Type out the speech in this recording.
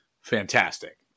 fantastic